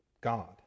God